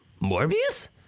morbius